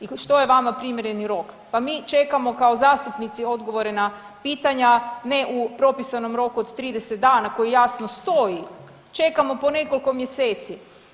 I što je vama primjereni rok, pa mi čekamo kao zastupnici odgovore na pitanja ne u propisanom roku od 30 dana koji jasno stoji, čekamo po nekoliko mjeseci.